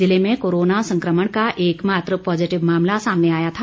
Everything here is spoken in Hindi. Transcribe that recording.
जिले में कोरोना संकमण का एकमात्र पॉजीटिव मामला सामने आया था